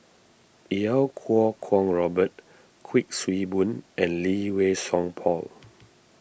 Iau Kuo Kwong Robert Kuik Swee Boon and Lee Wei Song Paul